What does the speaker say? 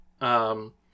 Um-